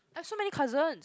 I so many cousins